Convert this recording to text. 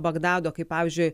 bagdado kaip pavyzdžiui